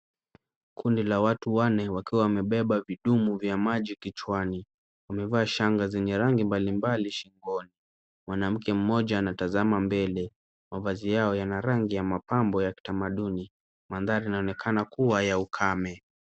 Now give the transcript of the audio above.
Kundi la watu wanne wakiwa wamebeba vidumu vya maji kichwani. Wamevaa shanga zenye rangi mbalimbali shingoni. Mwanamke mmoja anatazama mbele. Mavazi yao yana rangi ya mapambo ya kitamaduni. Mandhari yanaonekana kuwa ya ukame.